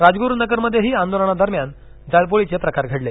राजगुरुनगरमध्येही आंदोलनादरम्यान जाळपोळीचे प्रकार घडले